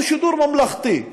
הוא שידור ממלכתי,